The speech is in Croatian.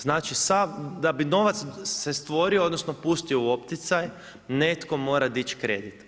Znači sav, da bi novac se stvorio, odnosno pustio u opticaj, netko mora dići kredit.